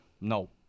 No